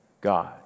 God